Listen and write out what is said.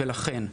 לכן,